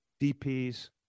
DPs